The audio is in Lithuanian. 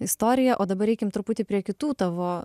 istoriją o dabar eim truputį prie kitų tavo